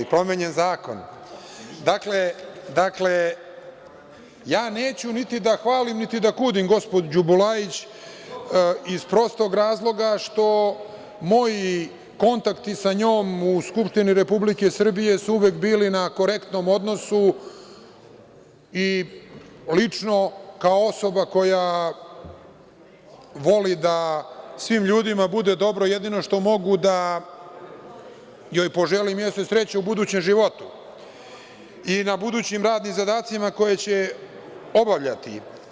Dakle, ja neću niti da hvalim niti da kudim gospođu Bulajić, iz prostog razloga što moji kontakti sa njom u Skupštini Republike Srbije su uvek bili na korektnom odnosu i lično kao osoba koja voli da svim ljudima bude dobro, jedino što mogu da joj poželim jeste sreća u budućem životu i na budućim radnim zadacima koje će obavljati.